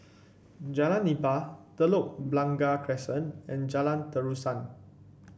Jalan Nipah Telok Blangah Crescent and Jalan Terusan